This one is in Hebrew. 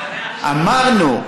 אמרנו: